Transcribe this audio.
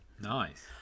Nice